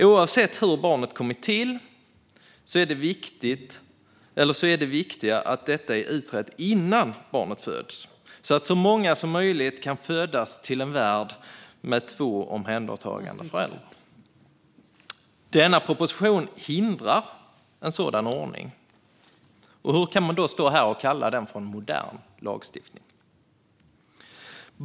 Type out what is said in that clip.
Oavsett hur barnet kommit till är det viktiga att detta är utrett innan barnet föds, så att så många som möjligt kan födas till en värld med två omhändertagande föräldrar. Denna proposition hindrar en sådan ordning. Hur kan man då stå här och kalla den för en modern lagstiftning?